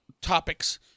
topics